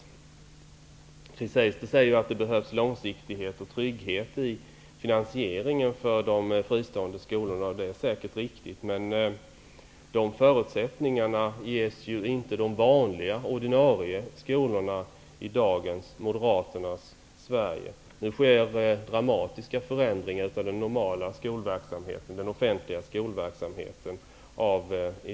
Chris Heister säger att det behövs långsiktighet och trygghet i finansieringen för de fristående skolorna, och det är säkert riktigt, men de förutsättningarna ges ju inte för de ordinarie skolorna i dagens -- Moderaternas -- Sverige. Av ideologiska skäl görs ju nu dramatiska förändringar i den normala offentliga skolverksamheten.